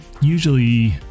usually